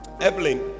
evelyn